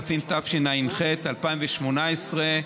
התשע"ח 2018,